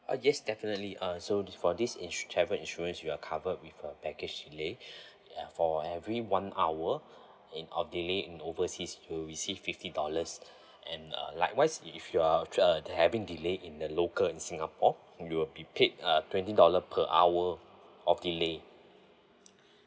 uh yes definitely uh so this for this in~ travel insurance you are covered with a package delay ya for every one hour in delay in overseas you'll receive fifty dollars and uh likewise if you're uh having delay in the local in singapore you will be paid uh twenty dollar per hour of delay